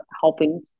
helping